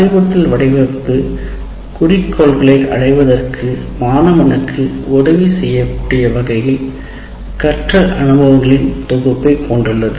அறிவுறுத்தல் தொழில் வடிவமைப்பு குறிக்கோள்களை அடைவதற்கு மாணவனுக்கு உதவி செய்யக்கூடிய வகையில் கற்றல் அனுபவங்களின் தொகுப்பை கொண்டுள்ளது